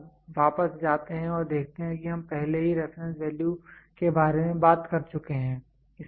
यदि आप वापस जाते हैं और देखते हैं कि हम पहले ही रेफरेंस वैल्यू के बारे में बात कर चुके हैं